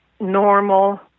normal